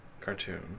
cartoon